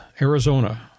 Arizona